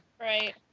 right